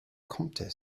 comptez